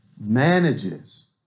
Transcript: Manages